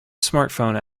smartphone